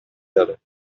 داره